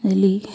एहि लिए